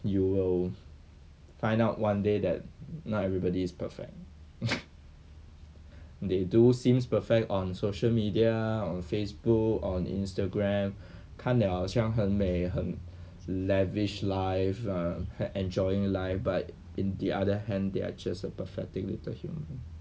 you will find out one day that not everybody is perfect they do seems perfect on social media on Facebook on Instagram 看了好像很美很 lavish live err enjoying life but in the other hand they are just a pathetic little human